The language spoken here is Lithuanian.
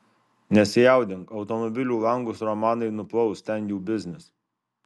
nesijaudink automobilių langus romanai nuplaus ten jų biznis